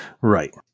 Right